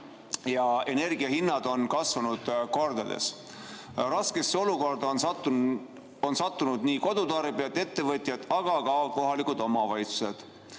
ja energiahinnad on kasvanud kordades. Raskesse olukorda on sattunud kodutarbijad ja ettevõtjad, aga ka kohalikud omavalitsused.